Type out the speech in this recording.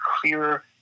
clearer